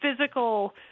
physical